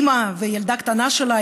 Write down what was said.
אימא וילדה קטנה שלה,